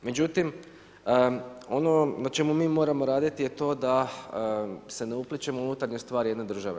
Međutim, ono na čemu mi moramo raditi je to da se ne uplićemo u unutarnje stvari jedne države.